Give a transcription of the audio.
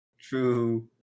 True